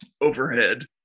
overhead